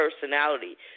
personality